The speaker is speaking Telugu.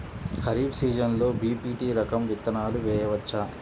ఖరీఫ్ సీజన్లో బి.పీ.టీ రకం విత్తనాలు వేయవచ్చా?